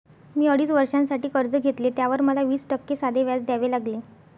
मी अडीच वर्षांसाठी कर्ज घेतले, त्यावर मला वीस टक्के साधे व्याज द्यावे लागले